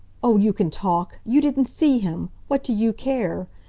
oh, you can talk! you didn't see him. what do you care!